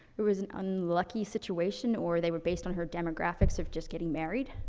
there was an unlucky situation, or they were based on her demographics of just getting married,